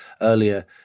earlier